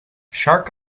shark